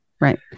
Right